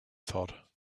thought